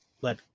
let